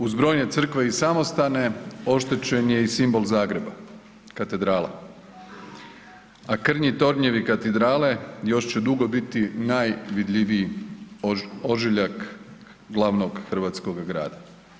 Uz brojne crkve i samostane oštećen je i simbol Zagreba, katedrala, a krnji tornjevi katedrale još će dugo biti najvidljiviji ožiljak glavnog hrvatskog grada.